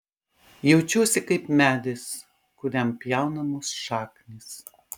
jaučiuosi kaip medis kuriam pjaunamos šaknys